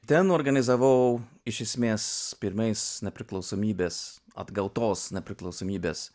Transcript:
ten organizavau iš esmės pirmais nepriklausomybės atgautos nepriklausomybės